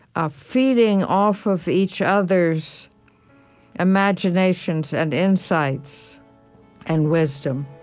ah feeding off of each other's imaginations and insights and wisdom